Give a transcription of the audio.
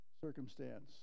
circumstance